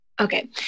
Okay